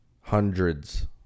hundreds